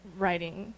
writing